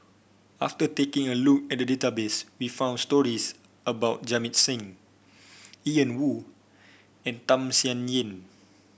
after taking a look at the database we found stories about Jamit Singh Ian Woo and Tham Sien Yen